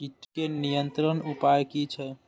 कीटके नियंत्रण उपाय कि छै?